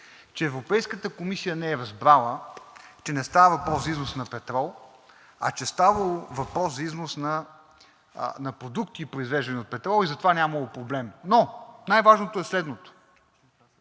че Европейската комисия не е разбрала, че не става въпрос за износ на петрол, а че ставало въпрос за износ на продукти, произвеждани от петрол, и затова нямало проблем. Но най-важното е да